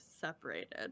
separated